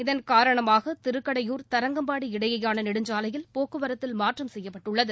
இதன் காரணமாக திருக்கடையூர் தரங்கம்பாடி இடையேயான நெடுஞ்சாவையில் போக்குவரத்தில் மாற்றம் செய்யப்பட்டுள்ளது